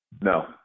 No